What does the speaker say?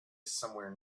somewhere